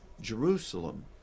Jerusalem